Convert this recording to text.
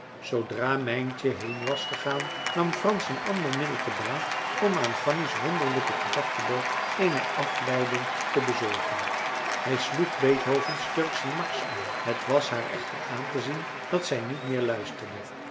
zoodra mijntje heen was gegaan nam frans een ander middel te baat om aan fanny's wonderlijken gedachtenloop eene afleiding te bezorgen hij sloeg beethovens turkschen marsch aan het was haar echter aantezien dat zij niet meer luisterde